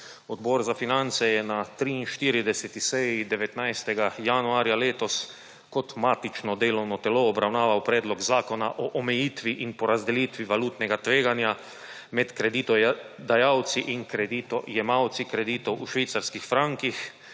Odbor za finance je na 43. seji 19. januarja letos kot matično delovno telo obravnaval Predlog zakona o omejitvi in porazdelitvi valutnega tveganja med kreditodajalci in kreditojemalci kreditov v švicarskih frankih,